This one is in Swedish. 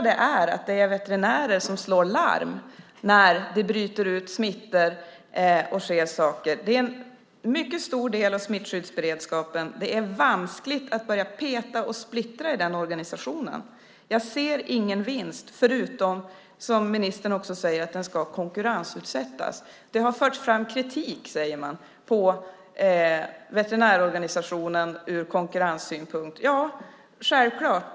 Det är ofta veterinärer som slår larm när det bryter ut smittor och sker saker. Det är en mycket stor del av smittskyddsberedskapen. Det är vanskligt att börja peta i den organisationen. Jag ser ingen vinst utom, som ministern säger, att sektorn ska konkurrensutsättas. Man säger att det har förts fram kritik mot veterinärorganisationen ur konkurrenssynpunkt. Det är självklart.